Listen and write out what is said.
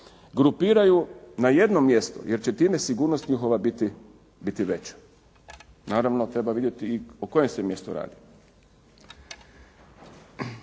grupiraju na jednom mjestu, jer će time sigurnost njihova biti veća. Naravno treba vidjeti i o kojem se mjestu radi.